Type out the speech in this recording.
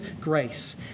grace